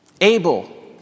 Abel